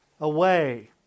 away